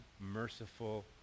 merciful